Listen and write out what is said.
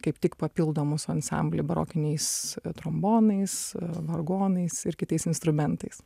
kaip tik papildo mūsų ansamblį barokiniais trombonais vargonais ir kitais instrumentais